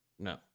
No